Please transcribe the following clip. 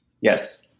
yes